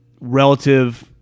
relative